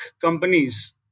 companies